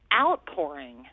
outpouring